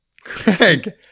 Craig